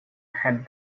had